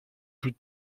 plus